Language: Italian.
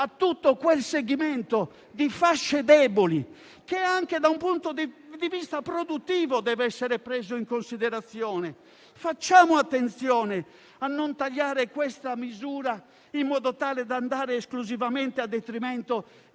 a tutto quel segmento di fasce deboli che, anche da un punto di vista produttivo, dev'essere preso in considerazione. Facciamo attenzione a non tagliare questa misura in modo tale che non vada a esclusivo detrimento dei